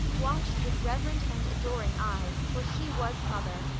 watched with reverent and adoring eyes, for she was mother,